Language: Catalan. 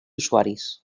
usuaris